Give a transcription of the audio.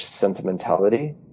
sentimentality